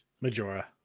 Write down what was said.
Majora